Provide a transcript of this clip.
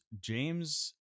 James